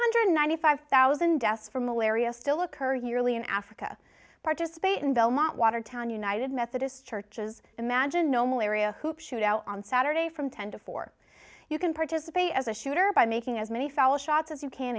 hundred ninety five thousand deaths from malaria still occur yearly in africa participate in belmont watertown united methodist churches imagine no malaria hoop shoot out on saturday from ten to four you can participate as a shooter by making as many shots as you can